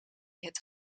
het